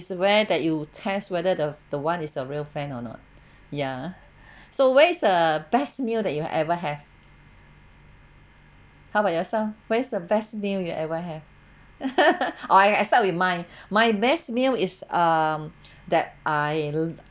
is rare that you test whether the the one is a real friend or not ya so where is the best meal that you ever have how about yourself where is the best meal you ever have I I start with mine my best meal is um that I